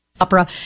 ...opera